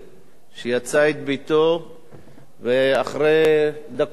שיצא את ביתו ואחרי דקות ספורות